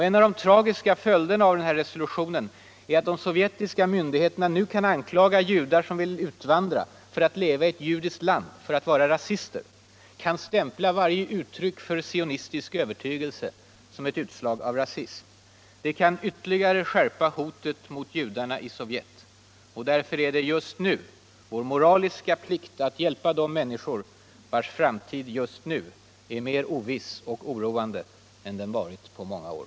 En av de tragiska följderna av denna resolution är att de sovjetiska myndigheterna nu kan anklaga judar, som vill utvandra för att leva i ett judiskt land, för att vara ”rasister”, kan stämpla varje uttryck för sionistisk övertygelse som utslag av rasism. Det kan ytterligare skärpa hotet mot judarna i Sovjet. Därför är det vår moraliska plikt att hjälpa de människor vilkas framtid just nu är mer oviss och oroande än den varit på många år.